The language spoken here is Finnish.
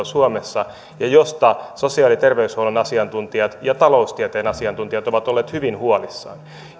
suomessa ja josta sosiaali ja terveyshuollon asiantuntijat ja taloustieteen asiantuntijat ovat olleet hyvin huolissaan